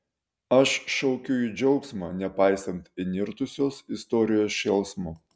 aš šaukiu į džiaugsmą nepaisant įnirtusios istorijos šėlsmo